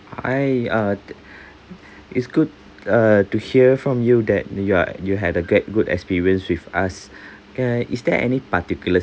hi uh it's good uh to hear from you that you're you had a gr~ good experience with us uh is there any particular